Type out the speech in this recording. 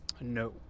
No